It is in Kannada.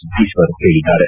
ಸಿದ್ವೇಶ್ವರ್ ಹೇಳಿದ್ದಾರೆ